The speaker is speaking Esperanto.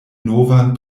novan